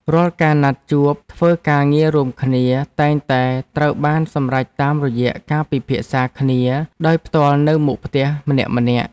រាល់ការណាត់ជួបធ្វើការងាររួមគ្នា តែងតែត្រូវបានសម្រេចតាមរយៈការពិភាក្សាគ្នាដោយផ្ទាល់នៅមុខផ្ទះម្នាក់ៗ។